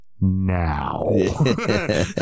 now